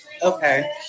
Okay